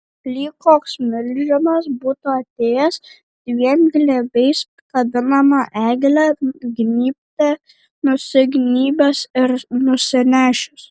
lyg koks milžinas būtų atėjęs dviem glėbiais kabinamą eglę gnybte nusignybęs ir nusinešęs